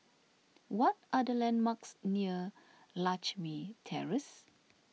what are the landmarks near Lakme Terrace